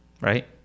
Right